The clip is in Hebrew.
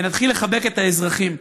ונתחיל לחבק את האזרחים,